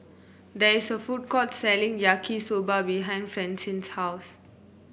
there is a food court selling Yaki Soba behind Francine's house